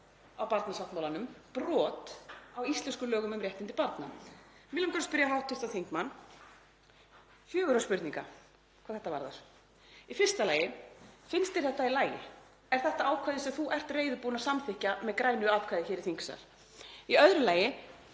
á barnasáttmálanum, brot á íslenskum lögum um réttindi barna. Mig langar að spyrja hv. þingmann fjögurra spurninga hvað þetta varðar. Í fyrsta lagi: Finnst þér þetta í lagi? Er þetta ákvæði sem þú ert reiðubúin að samþykkja með grænu atkvæði hér í þingsal? Í öðru lagi: